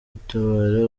gutabara